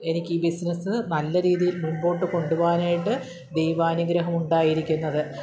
എനിക്ക് ബിസിനസ്സ് നല്ല രീതിയിൽ മുമ്പോട്ട് കൊണ്ടുപോകാനായിട്ട് ദൈവാനുഗ്രഹം ഉണ്ടായിരിക്കുന്നത്